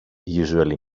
usually